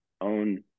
own